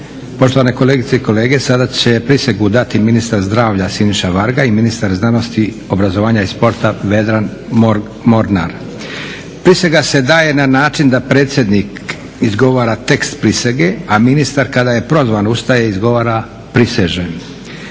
Poštovane kolegice i kolege, sada će prisegu dati ministar zdravlja Siniša Varga i ministar znanosti, obrazovanja i sporta Vedran Mornar. Prisega se daje na način da predsjednik izgovara tekst prisege, a ministar kada je prozvan ustaje i izgovara "prisežem".